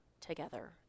together